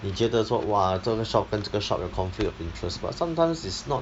你觉得说 !wah! 这个 shop 跟这个 shop 有 conflict of interests but sometimes it's not